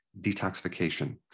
detoxification